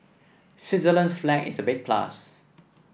Switzerland's flag is a big plus